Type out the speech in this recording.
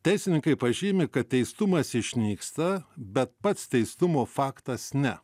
teisininkai pažymi kad teistumas išnyksta bet pats teistumo faktas ne